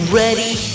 ready